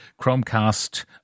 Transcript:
Chromecast